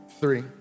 three